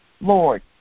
Lord